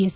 S